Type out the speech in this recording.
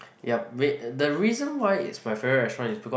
yup wait the reason why it's my favorite restaurant is because